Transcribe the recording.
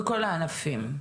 בכל הענפים.